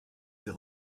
ses